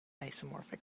isomorphic